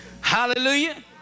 Hallelujah